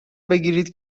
بگیرید